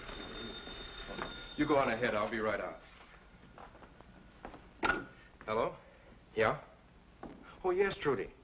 to you go on ahead i'll be right up hello yeah well yesterday